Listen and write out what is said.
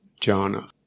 jhana